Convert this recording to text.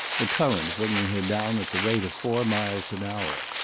the current bringing her down at the rate of four miles an hour.